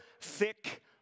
thick